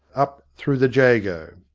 up through the jago.